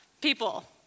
people